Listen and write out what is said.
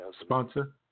sponsor